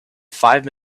five